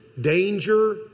Danger